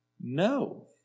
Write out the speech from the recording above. No